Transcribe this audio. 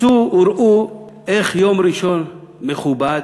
צאו וראו איך יום ראשון מכובד